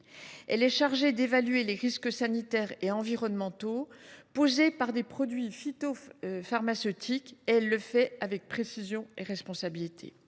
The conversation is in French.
Elle est chargée d’évaluer les risques sanitaires et environnementaux posés par des produits phytopharmaceutiques et accomplit ses missions avec précision et responsabilité.